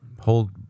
hold